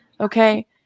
okay